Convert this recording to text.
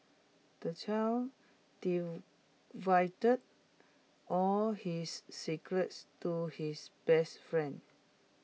the child divulged all his secrets to his best friend